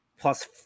plus